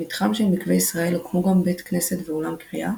במתחם של "מקוה ישראל" הוקמו גם בית כנסת ואולם קריאה,